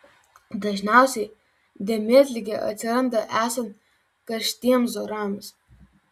dažniausiai dėmėtligė atsiranda esant karštiems orams